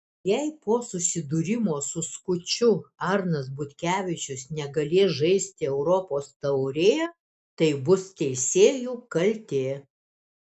jei po susidūrimo su skuču arnas butkevičius negalės žaisti europos taurėje tai bus teisėjų kaltė